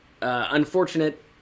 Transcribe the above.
unfortunate